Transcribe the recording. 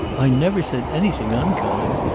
i never said anything unkind.